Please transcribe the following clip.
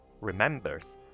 remembers